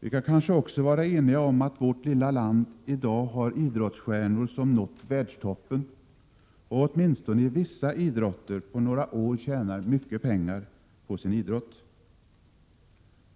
Vi kan kanske också vara eniga om att vårt lilla land i dag har idrottsstjärnor som nått världstoppen och — åtminstone i vissa idrotter — på några år tjänar mycket stora pengar på sin idrott.